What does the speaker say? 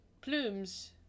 Plumes